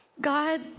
God